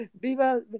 Viva